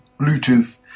Bluetooth